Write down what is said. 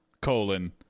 Colon